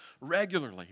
regularly